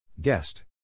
Guest